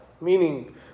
meaning